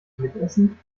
mitessen